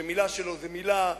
שמלה שלו היא מלה,